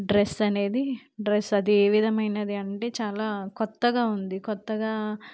dress అనేది dress అది ఏ విధమైనది అంటే చాలా కొత్తగా ఉంది కొత్తగా